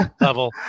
level